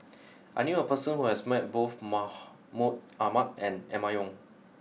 I knew a person who has met both Maha Mahmud Ahmad and Emma Yong